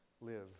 live